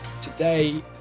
Today